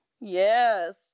Yes